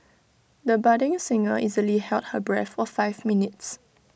the budding singer easily held her breath for five minutes